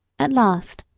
at last,